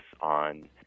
on